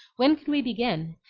when can we begin?